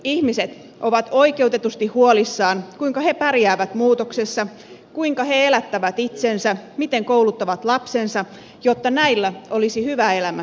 ihmiset ovat oikeutetusti huolissaan siitä kuinka he pärjäävät muutoksessa kuinka he elättävät itsensä miten kouluttavat lapsensa jotta näillä olisi hyvä elämä suomessa